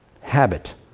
habit